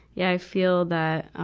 yeah i feel that, um,